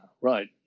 right